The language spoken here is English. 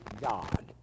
God